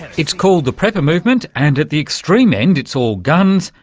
it's called the prepper movement, and at the extreme end it's all guns,